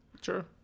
Sure